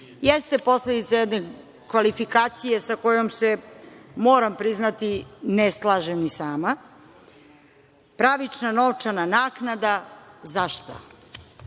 posledica jedne kvalifikacije sa kojom se, moram priznati, ne slažem ni sama. Pravična novčana naknada za šta?